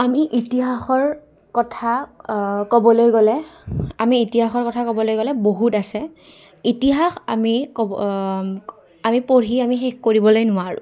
আমি ইতিহাসৰ কথা ক'বলৈ গ'লে আমি ইতিহাসৰ কথা ক'বলৈ গ'লে বহুত আছে ইতিহাস আমি ক'ব আমি পঢ়ি আমি শেষ কৰিবলৈ নোৱাৰোঁ